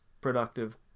productive –